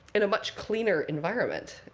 in a much cleaner environment.